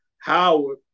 Howard